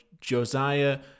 Josiah